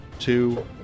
two